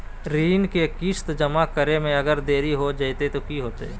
ऋण के किस्त जमा करे में अगर देरी हो जैतै तो कि होतैय?